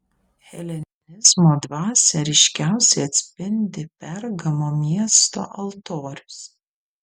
helenizmo dvasią ryškiausiai atspindi pergamo miesto altorius